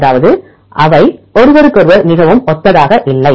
அதாவது அவை ஒருவருக்கொருவர் மிகவும் ஒத்ததாக இல்லை